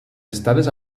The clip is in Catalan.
estades